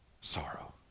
Sorrow